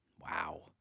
Wow